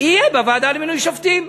יהיה בוועדה למינוי שופטים?